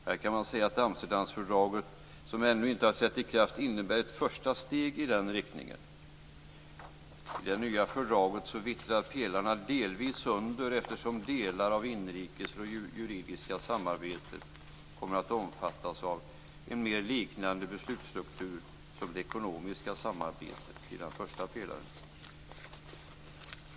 Här kan man säga att Amsterdamfördraget, som ännu inte har trätt i kraft, innebär ett första steg i den riktningen. I det nya fördraget vittrar pelarna delvis sönder, eftersom delar av det inrikes och juridiska samarbetet kommer att omfattas av en beslutsstruktur som mer liknar den som gäller för det ekonomiska samarbetet i den första pelaren.